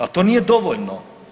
Ali to nije dovoljno.